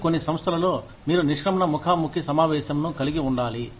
మీరు కొన్ని సంస్థలలో మీరు నిష్క్రమణ ముఖాముఖి సమావేశంను కలిగి ఉండాలి